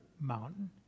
Mountain